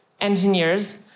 engineers